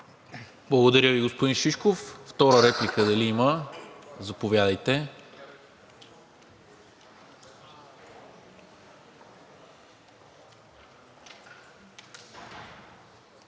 Благодаря Ви, господин Шишков. Втора реплика, дали има? Заповядайте.